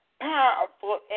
powerful